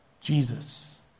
Jesus